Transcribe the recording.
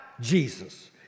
Jesus